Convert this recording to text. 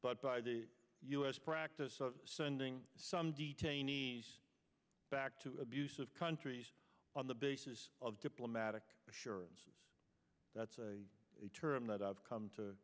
but by the u s practice of sending some detainees back to abusive countries on the basis of diplomatic assurances that's a term that i've come to